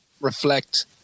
reflect